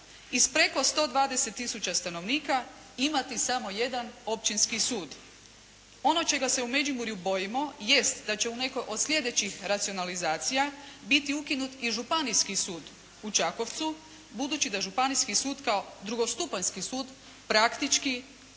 s preko 120000 stanovnika imati samo jedan općinski sud. Ono čega se u Međimurju bojimo jest da će u nekoj od slijedećih racionalizacija biti ukinut i Županijski sud u Čakovcu, budući da Županijski sud kao drugostupanjski sud praktički